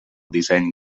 disseny